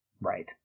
Right